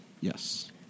Yes